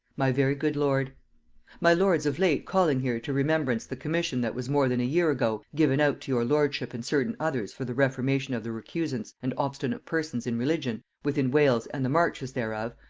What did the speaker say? my very good lord my lords of late calling here to remembrance the commission that was more than a year ago given out to your lordship and certain others for the reformation of the recusants and obstinate persons in religion, within wales and the marches thereof,